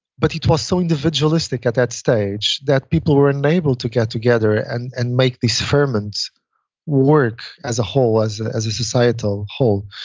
but it was so individualistic at that stage that people were unable to get together and and make these and work as a whole. as ah as a societal whole.